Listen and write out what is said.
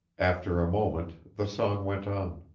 after a moment the song went on.